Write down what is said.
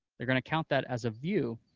they're going to count that as a view,